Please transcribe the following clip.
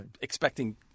expecting